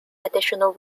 additional